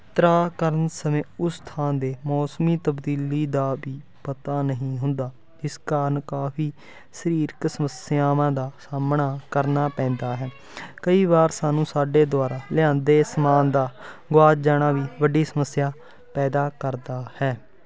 ਤਰਾਅ ਕਰਨ ਸਮੇਂ ਉਸ ਥਾਂ ਦੇ ਮੌਸਮੀ ਤਬਦੀਲੀ ਦਾ ਵੀ ਪਤਾ ਨਹੀਂ ਹੁੰਦਾ ਜਿਸ ਕਾਰਨ ਕਾਫੀ ਸਰੀਰਕ ਸਮੱਸਿਆਵਾਂ ਦਾ ਸਾਹਮਣਾ ਕਰਨਾ ਪੈਂਦਾ ਹੈ ਕਈ ਵਾਰ ਸਾਨੂੰ ਸਾਡੇ ਦੁਆਰਾ ਲਿਆਂਦੇ ਸਮਾਨ ਦਾ ਗੁਆਚ ਜਾਣਾ ਵੀ ਵੱਡੀ ਸਮੱਸਿਆ ਪੈਦਾ ਕਰਦਾ ਹੈ